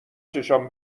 چشام